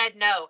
no